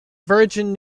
virgin